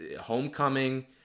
homecoming